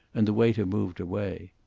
and the waiter moved away.